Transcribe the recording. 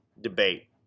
debate